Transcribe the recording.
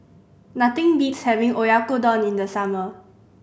nothing beats having Oyakodon in the summer